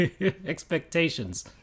Expectations